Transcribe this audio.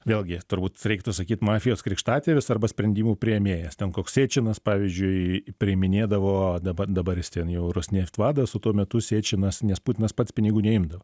vėlgi turbūt reiktų sakyt mafijos krikštatėvis arba sprendimų priėmėjas ten koks siečinas pavyzdžiui priiminėdavo dabar dabar jis ten jau rusnėft vadas o tuo metu sėčinas nes putinas pats pinigų neimdavo